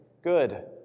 Good